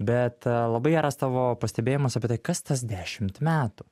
bet labai geras tavo pastebėjimas apie tai kas tas dešimt metų